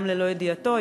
גם ללא ידיעתו,